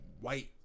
white